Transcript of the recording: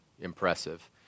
impressive